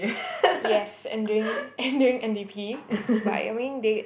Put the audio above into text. yes and during and during n_d_p but I mean they